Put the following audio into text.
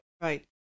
Right